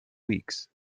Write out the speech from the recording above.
weeks